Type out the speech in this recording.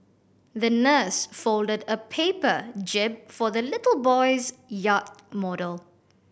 the nurse folded a paper jib for the little boy's yacht model